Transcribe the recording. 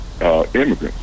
immigrants